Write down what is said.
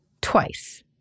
twice